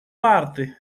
parte